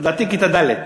לדעתי כיתה ד'.